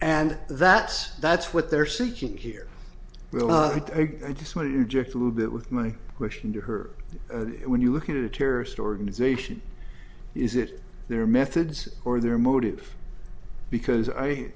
and that's that's what they're seeking here i just met you just a little bit with my question to her when you look at a terrorist organization is it their methods or their motive because i